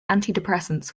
antidepressants